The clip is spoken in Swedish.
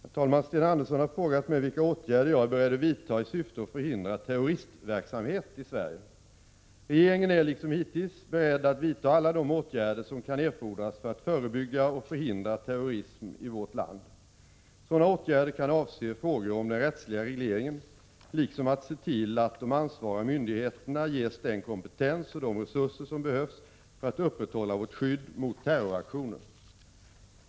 Herr talman! Sten Andersson i Malmö har frågat mig vilka åtgärder jag är beredd att vidta i syfte att förhindra terroristverksamhet i Sverige. Regeringen är, liksom hittills, beredd att vidta alla de åtgärder som kan erfordras för att förebygga och förhindra terrorism i vårt land. Sådana åtgärder kan avse frågor om den rättsliga regleringen liksom att se till att de ansvariga myndigheterna ges den kompetens och de resurser som behövs för att upprätthålla vårt skydd mot terroraktioner.